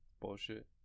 bullshit